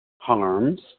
harms